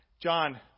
John